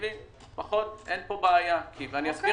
רטרואקטיבית זה בעקבות הדין ודברים